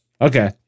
okay